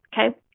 Okay